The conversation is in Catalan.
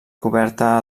coberta